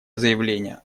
заявления